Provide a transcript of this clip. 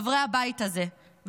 חברי הבית הזה,